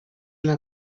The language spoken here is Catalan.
una